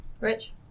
Rich